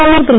பிரதமர் திரு